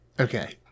okay